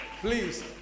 please